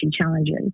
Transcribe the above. challenges